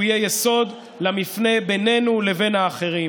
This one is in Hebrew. שהוא יהיה יסוד למפנה בינינו לבין האחרים.